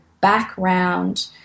background